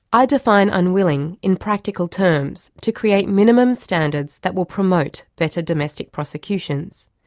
i define unwilling in practical terms to create minimum standards that will promote better domestic prosecutions.